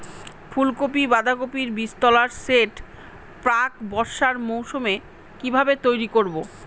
ফুলকপি বাধাকপির বীজতলার সেট প্রাক বর্ষার মৌসুমে কিভাবে তৈরি করব?